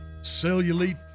cellulite